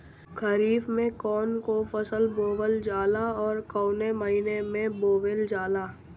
खरिफ में कौन कौं फसल बोवल जाला अउर काउने महीने में बोवेल जाला?